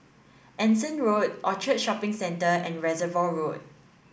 Anson Road Orchard Shopping Centre and Reservoir Road